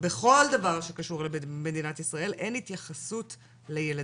בכל דבר שקשור למדינת ישראל, אין התייחסות לילדים.